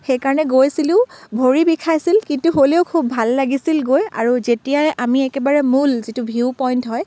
সেইকাৰণে গৈছিলোঁ ভৰি বিষাইছিল কিন্তু হ'লেও খুব ভাল লাগিছিল গৈ আৰু যেতিয়াই আমি একেবাৰে মূল যিটো ভিউ পইণ্ট হয়